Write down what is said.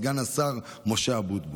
סגן השר משה אבוטבול.